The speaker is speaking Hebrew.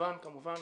וכמובן כמובן,